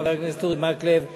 חבר הכנסת אורי מקלב ואנוכי,